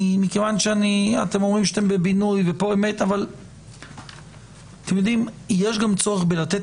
אתם אומרים שאתם בבינוי יש גם צורך לתת